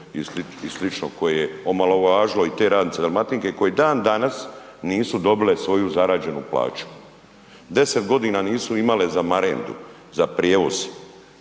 i slično koje je omalovažilo i te radnice Dalmatinke, koje dan danas nisu dobile svoju zarađenu plaću, 10.g. nisu imale za marendu, za prijevoz